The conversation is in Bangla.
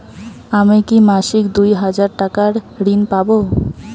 আমি কি মাসিক দুই হাজার টাকার ঋণ পাব?